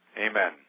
Amen